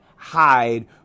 hide